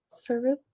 service